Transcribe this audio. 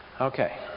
Okay